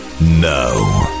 No